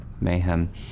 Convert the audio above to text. Mayhem